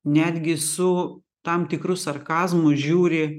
netgi su tam tikru sarkazmu žiūri